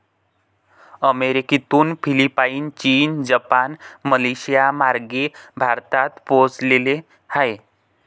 अमेरिकेतून फिलिपाईन, चीन, जपान, मलेशियामार्गे भारतात पोहोचले आहे